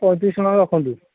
ପଇଁତିରିଶି ଟଙ୍କା ରଖନ୍ତୁ